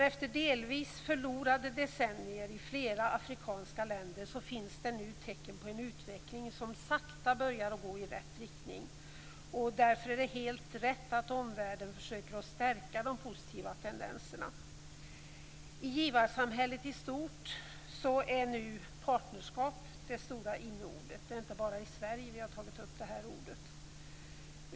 Efter delvis förlorade decennier i flera afrikanska länder finns det nu tecken på en utveckling som sakta börjar gå i rätt riktning. Därför är det helt rätt att omvärlden försöker att stärka de positiva tendenserna. I givarsamhället i stort är nu partnerskap det stora inneordet. Det är inte bara i Sverige vi tagit in det ordet.